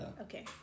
Okay